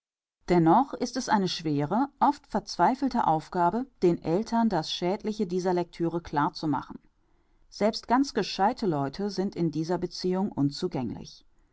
dennoch ist es eine schwere oft verzweifelte aufgabe den eltern das schädliche dieser lectüre klar zu machen selbst ganz gescheidte leute sind in dieser beziehung unzugänglich